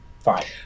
fine